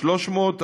300,